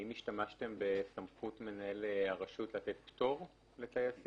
האם השתמשתם בסמכות מנהל הרשות לתת פטור לטייסים?